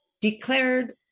declared